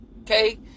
Okay